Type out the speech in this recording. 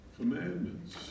commandments